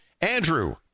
Andrew